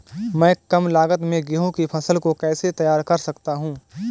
मैं कम लागत में गेहूँ की फसल को कैसे तैयार कर सकता हूँ?